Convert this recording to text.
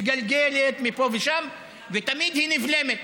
מתגלגלת מפה ושם ותמיד היא נבלמת